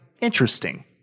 interesting